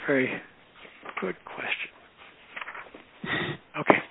very good question ok